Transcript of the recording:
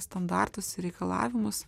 standartus ir reikalavimus